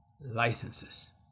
licenses